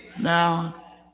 Now